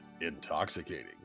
intoxicating